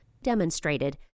demonstrated